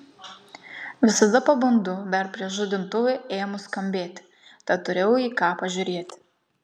visada pabundu dar prieš žadintuvui ėmus skambėti tad turėjau į ką pažiūrėti